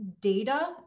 data